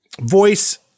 voice